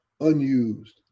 unused